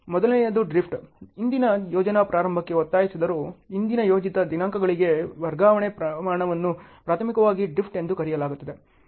ಮೊದಲನೆಯದು ಡ್ರಿಫ್ಟ್ ಹಿಂದಿನ ಯೋಜನಾ ಪ್ರಾರಂಭಕ್ಕೆ ಒತ್ತಾಯಿಸದಿದ್ದರೂ ಹಿಂದಿನ ಯೋಜಿತ ದಿನಾಂಕಗಳಿಗೆ ವರ್ಗಾವಣೆಯ ಪ್ರಮಾಣವನ್ನು ಪ್ರಾಥಮಿಕವಾಗಿ ಡ್ರಿಫ್ಟ್ ಎಂದು ಕರೆಯಲಾಗುತ್ತದೆ